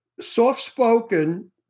soft-spoken